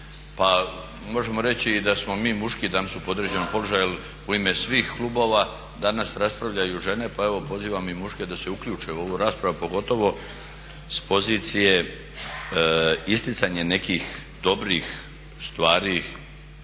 pa možemo reći da smo mi muški danas u podređenom položaju jel u ime svih klubova danas raspravljaju žene, pa evo pozivam i muške da se uključe u ovu raspravu pogotovo s pozicije isticanja nekih dobrih stvari